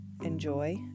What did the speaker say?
enjoy